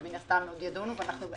שמן הסתם עוד ידונו בו.